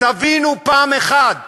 תבינו פעם אחת,